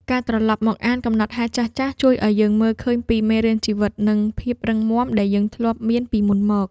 ការត្រឡប់មកអានកំណត់ហេតុចាស់ៗជួយឱ្យយើងមើលឃើញពីមេរៀនជីវិត និងភាពរឹងមាំដែលយើងធ្លាប់មានពីមុនមក។